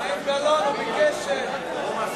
זה יהיה בדיוק דקה, כי יש פה אנשים שכבר בלחץ.